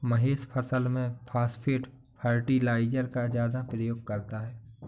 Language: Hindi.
महेश फसल में फास्फेट फर्टिलाइजर का ज्यादा प्रयोग करता है